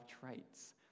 traits